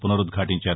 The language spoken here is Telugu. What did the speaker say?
పునరుద్ఘాటించారు